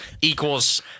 equals